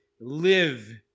live